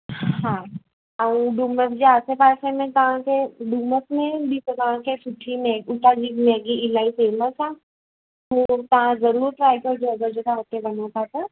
हा ऐं डुमस जे आसे पासे में तव्हांखे डुमस में हूंदी त तव्हांखे सुठी में हुतांजी मैगी इलाही फ़ेमस आहे उहो तव्हां ज़रूर ट्राय कजो अगरि जे तव्हां हुते वञो था त